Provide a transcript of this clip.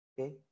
okay